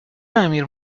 امیر